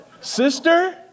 Sister